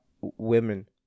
women